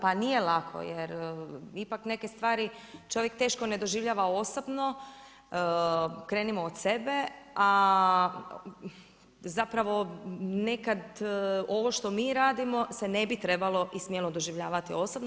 Pa nije lako jer ipak neke stvari čovjek ne doživljava osobno, krenimo od sebe, a zapravo nekad ovo što mi radimo se ne bi trebalo i smjelo doživljavati osobno.